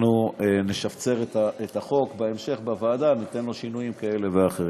אנחנו נשפצר את החוק בהמשך בוועדה ונכניס בו שינויים כאלה ואחרים.